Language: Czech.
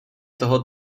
toho